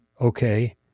Okay